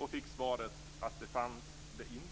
Vi fick svaret att det fanns det inte.